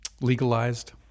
legalized